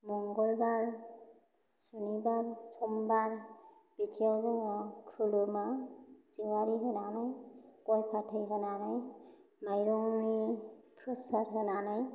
मंगलबार सनिबार समबार बिदियाव जोङो खुलुमो जोंलारि होनानै गय फाथै होनानै माइरं प्रसाद होनानै